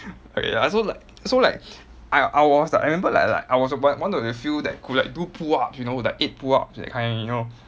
okay ya so like so like I I was I remembered like like I was one one of the few that could like do pull-ups you know like eight pull-ups that kind you know